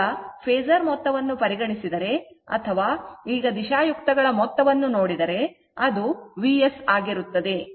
ಈಗ ಫೇಸರ್ ಮೊತ್ತವನ್ನು ಪರಿಗಣಿಸಿದರೆ ಅಥವಾ ಈಗ ದಿಶಾಯುಕ್ತಗಳ ಮೊತ್ತವನ್ನು ನೋಡಿದರೆ ಅದು Vs ಆಗಿರುತ್ತದೆ